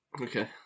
Okay